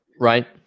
right